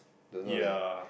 don't know leh